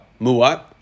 Mu'at